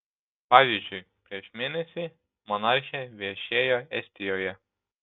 pavyzdžiui prieš mėnesį monarchė viešėjo estijoje